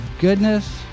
goodness